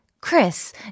Chris